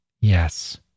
Yes